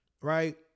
right